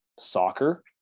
soccer